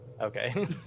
Okay